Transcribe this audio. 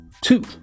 two